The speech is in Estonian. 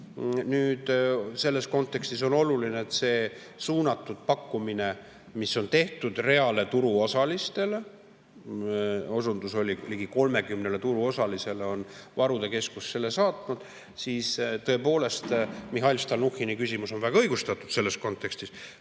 Nüüd, selles kontekstis on oluline see suunatud pakkumine, mis on tehtud reale turuosalistele – osunduse järgi ligi 30 turuosalisele on varude keskus selle saatnud. Ja tõepoolest, Mihhail Stalnuhhini küsimus on selles kontekstis